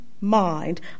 mind